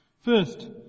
First